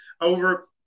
Over